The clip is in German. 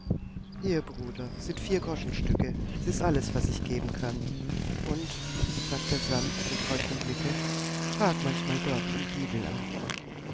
hier bruder sind vier groschenstücke s ist alles was ich geben kann und sagt er sanft mit feuchtem blicke fragt manchmal dort im giebel an